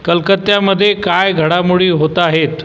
कलकत्यामधे काय घडामोडी होताहेत